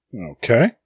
Okay